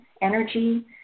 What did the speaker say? energy